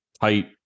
tight